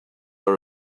are